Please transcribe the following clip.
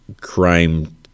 crime